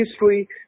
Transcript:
history